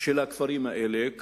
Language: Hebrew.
של הכפרים האלה,